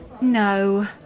No